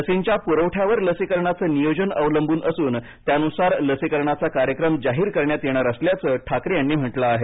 लसींच्या पुरवठ्यावर लसीकरणाचे नियोजन अवलंबून असून त्यानुसार लसीकरणाचा कार्यक्रम जाहीर करण्यात येणार असल्याचं ठाकरे यांनी म्हटलं आहे